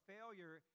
Failure